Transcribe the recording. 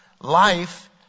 life